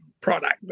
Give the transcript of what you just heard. product